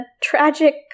tragic